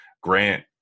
Grant